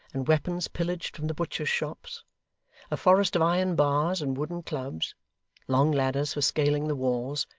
and weapons pillaged from the butchers' shops a forest of iron bars and wooden clubs long ladders for scaling the walls,